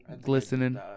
Glistening